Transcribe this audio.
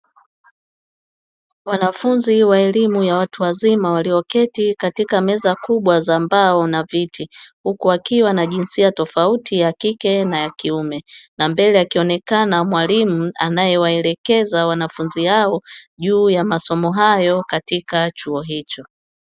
Wanafunzi wa elimu ya watu wazima walioketi katika meza kubwa za mbao na viti, huku wakiwa na jinsia tofauti ya kike na ya kiume, na mbele akionekana mwalimu anayewaelekeza wanafunzi hao juu ya masomo hayo katika chuo hicho.